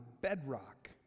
bedrock